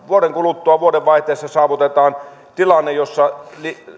vuoden kuluttua vuonna kaksituhattakahdeksantoista vuodenvaihteessa saavutetaan tilanne jossa